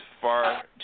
far